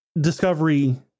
Discovery